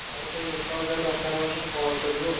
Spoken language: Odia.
ହଉ ତୋର ଯେତେବେଳେ ଯାହା ଦରକାର୍ ହବ ମୋତେ କଲ୍ କରିବୁ ଆଉ